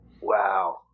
Wow